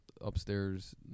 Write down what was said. upstairs